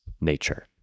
nature